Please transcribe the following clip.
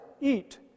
eat